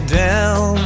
down